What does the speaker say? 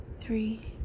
three